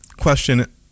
question